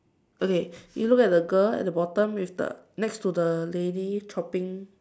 okay you look at the girl at the bottom with the next to the lady chopping